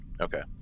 Okay